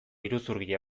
iruzurgile